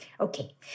Okay